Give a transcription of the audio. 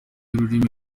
y’ururimi